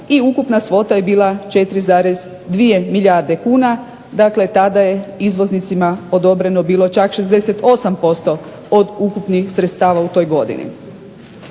i ukupna svota je bila 4,2 milijarde kuna. Dakle, tada je izvoznicima odobreno čak 68% od ukupnih sredstava u toj godini.